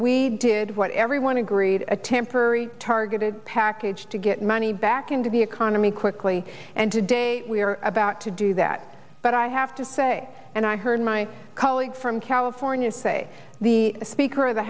we did what everyone agreed a temporary targeted package to get money back into the economy quickly and today we are about to do that but i have to say and i heard my colleague from california say the speaker of the